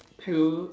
hello